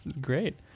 Great